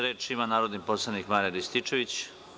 Reč ima narodni poslanik Marijan Rističević.